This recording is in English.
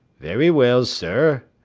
very well, sir,